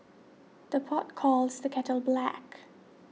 the pot calls the kettle black